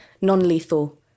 Non-lethal